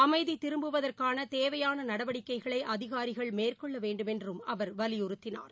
அமைதிதிரும்புவதற்கானதேவையானநடவடிக்கைகளைஅதிகாரிகள் மேற்கொள்ளவேண்டும் என்றும் அவர் வலியுறுத்தினார்